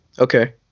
okay